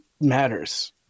matters